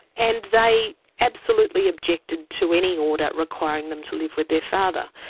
and they absolutely objected to any order requiring them to live with their father.